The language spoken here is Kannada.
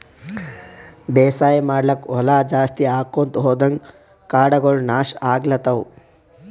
ಬೇಸಾಯ್ ಮಾಡ್ಲಾಕ್ಕ್ ಹೊಲಾ ಜಾಸ್ತಿ ಆಕೊಂತ್ ಹೊದಂಗ್ ಕಾಡಗೋಳ್ ನಾಶ್ ಆಗ್ಲತವ್